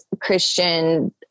Christian